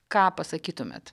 ką pasakytumėt